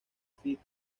fight